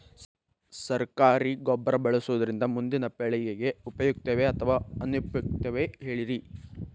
ಸರಕಾರಿ ಗೊಬ್ಬರ ಬಳಸುವುದರಿಂದ ಮುಂದಿನ ಪೇಳಿಗೆಗೆ ಉಪಯುಕ್ತವೇ ಅಥವಾ ಅನುಪಯುಕ್ತವೇ ಹೇಳಿರಿ